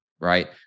right